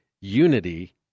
unity